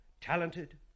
talented